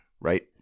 Right